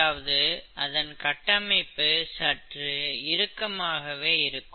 அதாவது அதன் கட்டமைப்பு சற்று இறுக்கமாகவே இருக்கும்